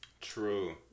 true